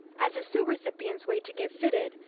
as the suit recipients wait to get fitted,